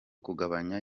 kugabanya